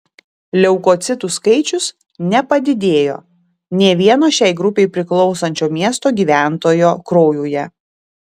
leukocitų skaičius nepadidėjo nė vieno šiai grupei priklausančio miesto gyventojo kraujuje